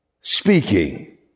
speaking